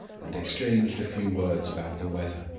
and exchanged a few words about the weather.